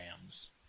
Rams